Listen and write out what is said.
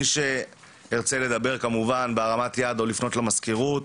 מי שירצה לדבר כמובן בהרמת יד או לפנות למזכירות.